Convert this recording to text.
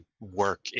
work